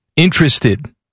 interested